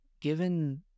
given